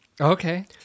Okay